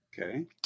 Okay